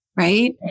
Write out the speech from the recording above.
Right